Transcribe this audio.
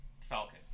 Falcon